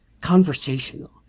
conversational